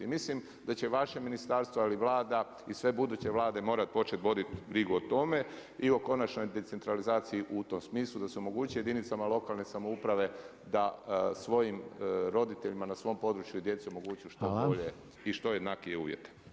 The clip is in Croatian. Mislim da će vaše ministarstvo, ali i Vlada i sve buduće vlade morat početi voditi brigu o tome i o konačnoj decentralizaciji u tom smislu da se omogući jedinicama lokalne samouprave da svojim roditeljima na svojem području i djeci omogući što bolje i što jednakije uvjete.